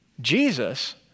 Jesus